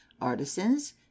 artisans